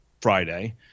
friday